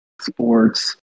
sports